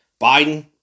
Biden